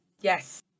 yes